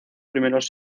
primeros